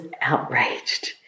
outraged